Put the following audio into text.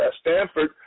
Stanford